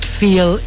feel